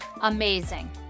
Amazing